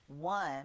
One